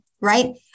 right